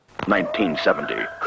1970